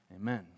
Amen